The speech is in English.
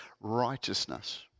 righteousness